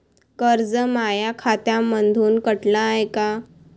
कर्ज माया खात्यामंधून कटलं हाय का?